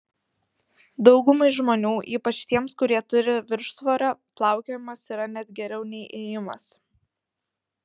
daugumai žmonių ypač tiems kurie turi viršsvorio plaukiojimas yra net geriau nei ėjimas